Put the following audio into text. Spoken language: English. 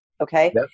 Okay